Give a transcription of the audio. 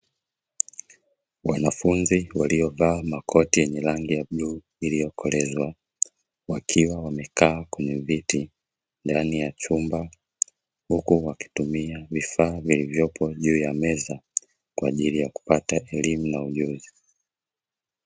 Wanafunzi waliovaa makoti yenye rangi ya bluu iliyokolezwa, wakiwa wamekaa kwenye viti ndani ya chumba huku wakitumia vifaa vilivyopo juu ya meza, kwa ajili ya kupata elimu na ujuzi.